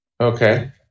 Okay